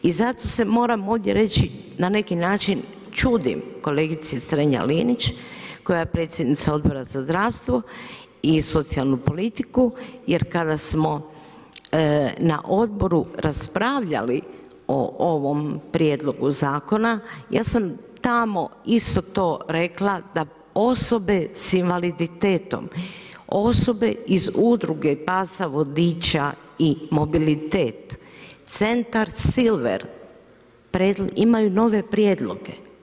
I zato se moram ovdje reći na neki način čudim kolegici STrenja-Linić koja je predsjednica Odbora za zdravstvo i socijalnu politiku jer kada smo na odboru raspravljali o ovom prijedlogu zakona, ja sam tamo isto to rekla da osobe s invaliditetom, osobe iz Udruga pasa vodiča i mobilitet“, „Centar Silver“ imaju nove prijedloge.